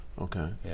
Okay